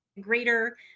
greater